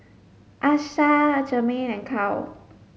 Achsah Jermaine and Cal